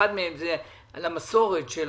ואחת מהן היא על המסורת של